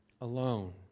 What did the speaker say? alone